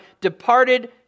departed